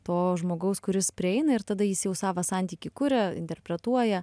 to žmogaus kuris prieina ir tada jis jau savą santykį kuria interpretuoja